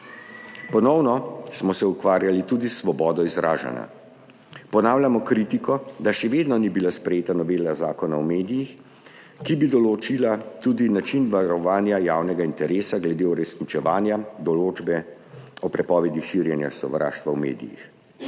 Ponovno smo se ukvarjali tudi s svobodo izražanja. Ponavljamo kritiko, da še vedno ni bila sprejeta novela Zakona o medijih, ki bi določila tudi način varovanja javnega interesa glede uresničevanja določbe o prepovedi širjenja sovraštva v medijih.